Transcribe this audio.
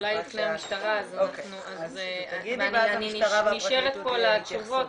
אני נשארת פה לתשובות.